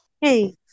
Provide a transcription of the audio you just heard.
Hey